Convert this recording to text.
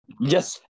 Yes